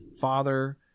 father